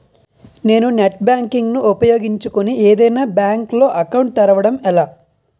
నేను net banking ను ఉపయోగించుకుని ఏదైనా బ్యాంక్ లో అకౌంట్ తెరవడం ఎలా?